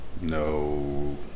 No